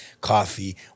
coffee